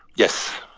yes.